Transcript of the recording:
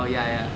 oh ya ya